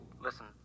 Listen